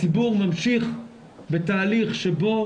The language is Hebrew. הציבור ממשיך בתהליך שבו